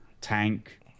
tank